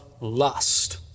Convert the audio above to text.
lust